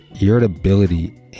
irritability